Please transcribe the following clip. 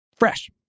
fresh